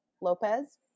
Lopez